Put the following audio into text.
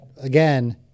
again